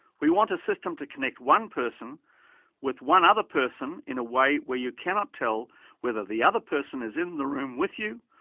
we want a system to connect one person with one other person, in a way where you cannot tell whether the other person is in the room with you,